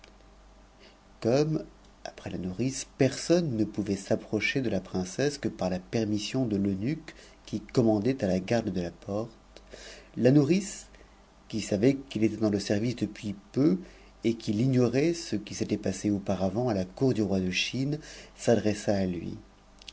comme après la nourrice personne ne pouvait s'approcher de la princesse que par a permission de l'eunuque qui commandait à la garde de la porte la nourrice qui savait qu'il était dans le service depuis peu et n'il ignorait ce qui s'était passé auparavant à ta cour du roi de la chine s'adressa à lui